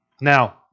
Now